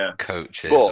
coaches